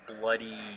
bloody